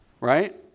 Right